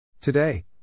Today